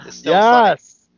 Yes